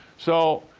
so,